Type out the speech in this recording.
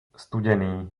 studený